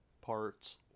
parts